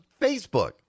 Facebook